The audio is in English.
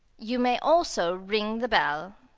you may also ring the bell.